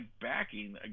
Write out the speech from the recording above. backing